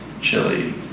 chili